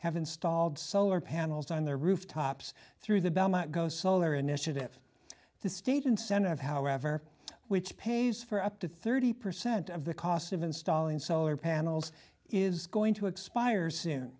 have installed solar panels on their rooftops through the bell might go solar initiative the state incentive however which pays for up to thirty percent of the cost of installing solar panels is going to expire soon